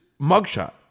mugshot